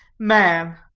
man.